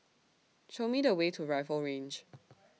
Show Me The Way to Rifle Range